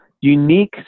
unique